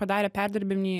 padarė perdirbinį